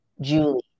Julie